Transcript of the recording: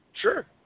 Sure